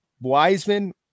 Wiseman